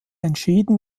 entschieden